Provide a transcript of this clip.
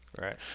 right